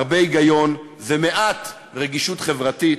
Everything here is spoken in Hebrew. הרבה היגיון ומעט רגישות חברתית.